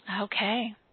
okay